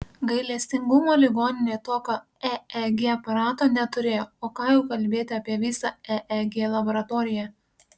gailestingumo ligoninė tokio eeg aparato neturėjo o ką jau kalbėti apie visą eeg laboratoriją